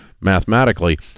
mathematically